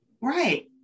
Right